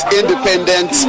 independent